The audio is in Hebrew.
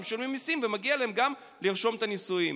שמשלמים מיסים ומגיע להם גם לרשום את נישואיהם.